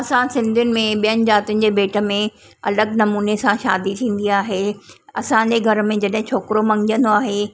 असां सिंधुयुनि में ॿियनि जातियुनि जे भेट में अलॻि नमूने सां शादी थींदी आहे असांजे घर में जॾहिं छोकिरो मङिजंदो आहे